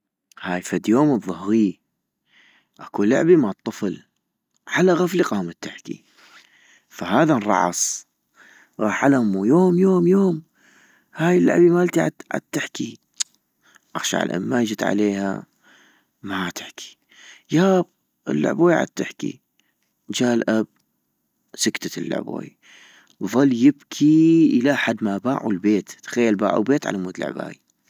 هاي فد يوم الظهغيي اكو لعبي مال طفل ، على غفلي قامت تحكي ، فهذا انرعص غاح على امو يوم يوم يوم هاي اللعبوي مالتي عن عتحكي ، اغشع الاماي جت عليها ما عتحكي، ياب اللعبوي عتحكي ، جا الأب سكتت اللعبوي، وضل يبكيي إلى حد ما. باعو البيت، تخيل باعو بيت علمود لعباي